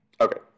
Okay